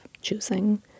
choosing